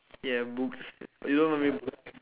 ya books you don't like to read books